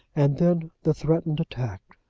and then the threatened attack,